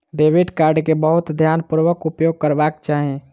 debit card के बहुत ध्यानपूर्वक उपयोग करबाक चाही